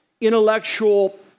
intellectual